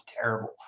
terrible